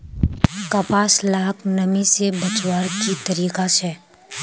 कपास लाक नमी से बचवार की तरीका छे?